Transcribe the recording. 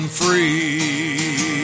free